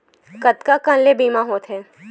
कतका कन ले बीमा होथे?